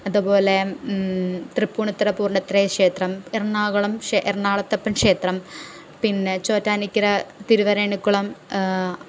അതുപോലെ തൃപ്പൂണിത്തുറ പൂർണത്രയീശ ക്ഷേത്രം എറണാകുളം എർണാകുളത്തപ്പൻ ക്ഷേത്രം പിന്നെ ചോറ്റാനിക്കര തിരുവൈരാണിക്കുളം